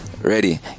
ready